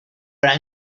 drank